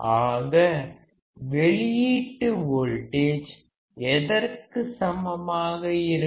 ஆக வெளியீட்டு வோல்டேஜ் எதற்குச் சமமாக இருக்கும்